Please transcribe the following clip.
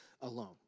alone